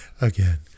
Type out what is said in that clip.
again